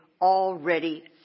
already